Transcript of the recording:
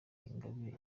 ingabire